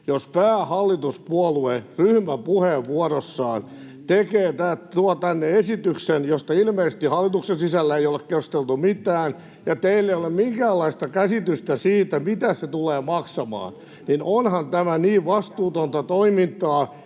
Jos päähallituspuolue ryhmäpuheenvuorossaan tuo tänne esityksen, josta ilmeisesti hallituksen sisällä ei olla keskusteltu mitään, ja teillä ei ole minkäänlaista käsitystä siitä, mitä se tulee maksamaan, niin onhan tämä vastuutonta toimintaa